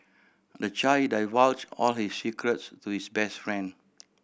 the child divulged all his secrets to his best friend